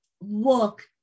look